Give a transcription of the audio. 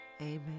Amen